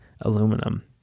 aluminum